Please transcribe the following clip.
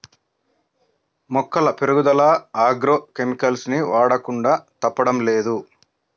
మొక్కల పెరుగుదల agro chemicals ని వాడకుండా తప్పడం లేదు